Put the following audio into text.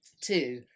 Two